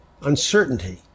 uncertainty